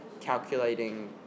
calculating